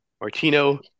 Martino